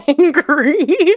angry